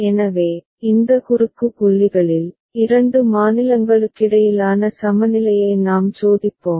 எனவே இந்த குறுக்கு புள்ளிகளில் இரண்டு மாநிலங்களுக்கிடையிலான சமநிலையை நாம் சோதிப்போம்